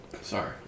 Sorry